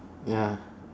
ya